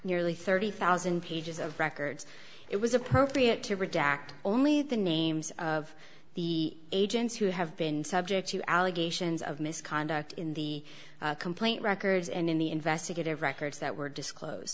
nearly thirty thousand pages of records it was appropriate to redact only the names of the agents who have been subject to allegations of misconduct in the complaint records and in the investigative records that were disclosed